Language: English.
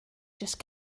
just